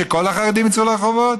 שכל החרדים יצאו לרחובות?